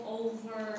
over